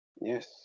Yes